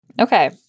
Okay